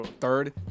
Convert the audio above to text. third